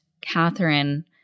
Catherine